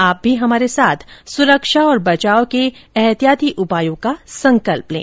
आप भी हमारे साथ सुरक्षा और बचाव के एहतियाती उपायों का संकल्प लें